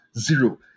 zero